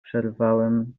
przerwałem